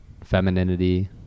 femininity